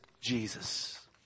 Jesus